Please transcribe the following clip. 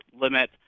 limit